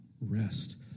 Rest